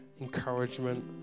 encouragement